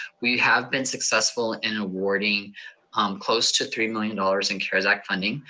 we have been successful in awarding um close to three million dollars in cares act funding,